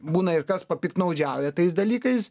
būna ir kas papiktnaudžiauja tais dalykais